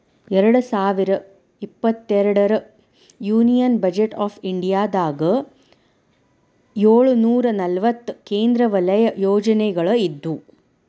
ಎರಡ್ ಸಾವಿರದ ಇಪ್ಪತ್ತೆರಡರ ಯೂನಿಯನ್ ಬಜೆಟ್ ಆಫ್ ಇಂಡಿಯಾದಾಗ ಏಳುನೂರ ನಲವತ್ತ ಕೇಂದ್ರ ವಲಯ ಯೋಜನೆಗಳ ಇದ್ವು